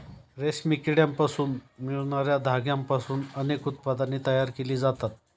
रेशमी किड्यांपासून मिळणार्या धाग्यांपासून अनेक उत्पादने तयार केली जातात